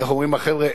איך אומרים החבר'ה,